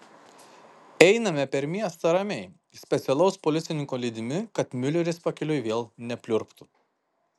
einame per miestą ramiai specialaus policininko lydimi kad miuleris pakeliui vėl nepliurptų